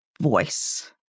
voice